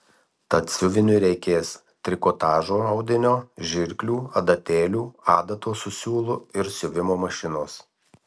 tad siuviniui reikės trikotažo audinio žirklių adatėlių adatos su siūlu ir siuvimo mašinos